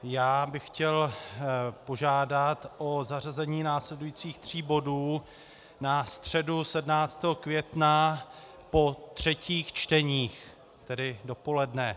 Já bych chtěl požádat o zařazení následujících tří bodů na středu 17. května po třetích čteních, tedy dopoledne.